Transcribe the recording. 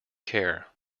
care